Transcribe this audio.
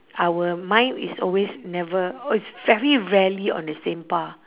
our mind is always never is very rarely on the same path